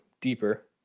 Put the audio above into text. deeper